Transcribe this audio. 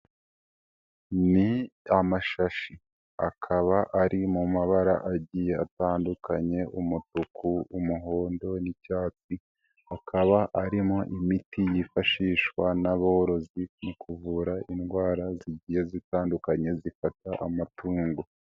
Ni amashashi, akaba ari mu mabara agiye atandukanye, umutuku, umuhondo n'icyatsi, akaba harimo imiti yifashishwa n'aborozi, mu kuvura indwara, zigiye zitandukanye, zifata amatungo.